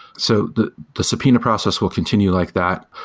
so the the subpoena process will continue like that.